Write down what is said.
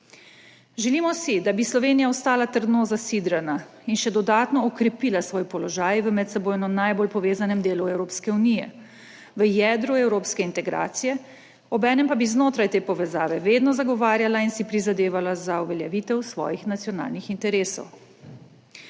Želimo si, da bi Slovenija ostala trdno zasidrana in še dodatno okrepila svoj položaj v medsebojno najbolj povezanem delu Evropske unije, v jedru evropske integracije, obenem pa bi znotraj te povezave vedno zagovarjala in si prizadevala za uveljavitev svojih nacionalnih interesov.